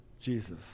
Jesus